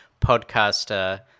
podcaster